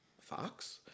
Fox